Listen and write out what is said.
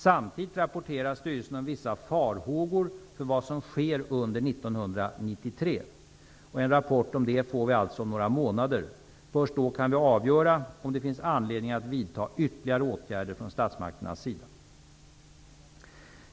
Samtidigt rapporterade styrelsen om vissa farhågor för vad som sker under 1993. En rapport om detta får vi alltså om några månader. Först då kan vi avgöra om det finns anledning att vidta ytterligare åtgärder från statsmakternas sida.